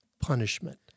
punishment